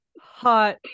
hot